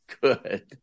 good